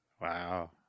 Wow